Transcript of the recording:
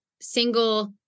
single